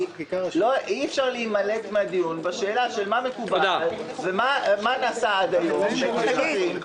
אי אפשר להימלט מהדיון בשאלה מה מקובל ומה נעשה עד היום בהקשרים אחרים.